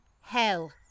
hell